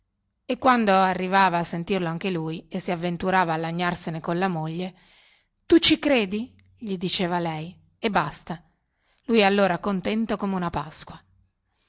e quando arrivava a sentirlo anche lui e si avventurava a lagnarsene colla moglie tu che ci credi gli diceva lei ed egli non ci credeva contento come una pasqua